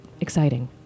exciting